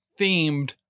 themed